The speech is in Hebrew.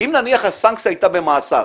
אם נניח שהסנקציה הייתה במאסר,